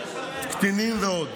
קטינים ועוד,